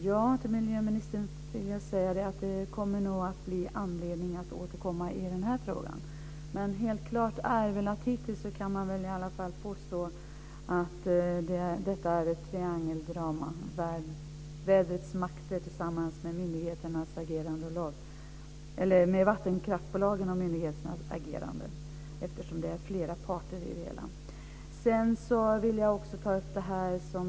Fru talman! Det kommer nog att bli anledning att återkomma i den här frågan. Helt klart är att vi kan påstå att vädrets makter tillsammans med vattenkraftsbolagen och myndigheternas agerande är ett triangeldrama. Det är flera parter i det hela.